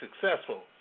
successful